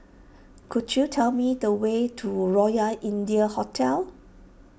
could you tell me the way to Royal India Hotel